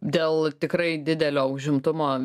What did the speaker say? dėl tikrai didelio užimtumo